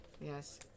Yes